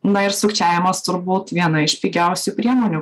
na ir sukčiavimas turbūt viena iš pigiausių priemonių